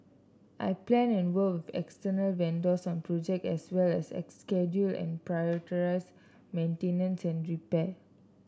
I plan and work external vendors on project as well as a schedule and prioritise maintenance and repair